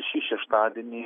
šį šeštadienį